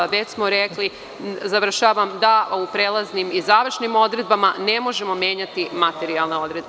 Već smo rekli, završavam, da u prelaznim i završnim odredbama ne možemo menjati materijalne odredbe.